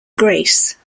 grace